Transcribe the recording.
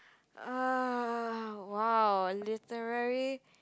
err wow literary